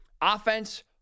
Offense